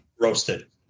Roasted